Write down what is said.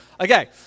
Okay